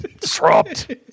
Disrupt